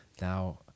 now